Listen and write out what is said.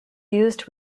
used